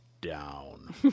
down